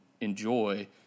enjoy